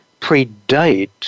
predate